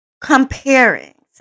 comparing